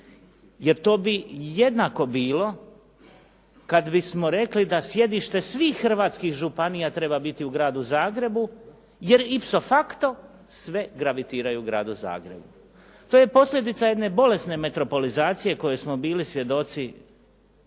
jer to bi jednako bilo kad bismo rekli da sjedište svih hrvatskih županija treba biti u gradu Zagrebu jer ipso facto sve gravitiraju gradu Zagrebu. To je posljedica jedne bolesne metropolizacije kojoj smo bili svjedoci